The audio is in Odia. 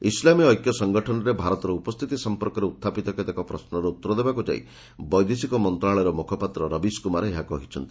ଇସ୍ଲାମୀୟ ଐକ୍ୟ ସଂଗଠନରେ ଭାରତର ଉପସ୍ଥିତି ସଂପର୍କରେ ଉତ୍ଥାପିତ କେତେକ ପ୍ରଶ୍ନର ଉତ୍ତର ଦେବାକୁ ଯାଇ ବୈଦେଶିକ ମନ୍ତ୍ରଶାଳୟର ମୁଖପାତ୍ର ରବିଶ କୁମାର ଏହା କହିଛନ୍ତି